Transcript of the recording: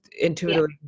intuitively